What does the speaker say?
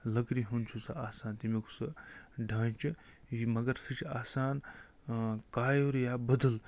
لٔکرِ ہُنٛد چھُ سُہ آسان تَمیُک سُہ ڈانٛچہٕ یہِ مگر سُہ چھِ آسان قایُر یا بٔدٕل